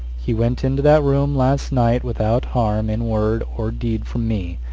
he went into that room last night, without harm in word or deed from me,